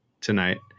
tonight